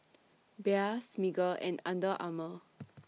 Bia Smiggle and Under Armour